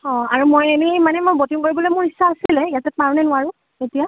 অঁ আৰু মই এনেই মানে মই ব'টিঙ কৰিবলৈ মোৰ ইচ্ছা আছিলে ইয়াতে পাৰো নে নোৱাৰো এতিয়া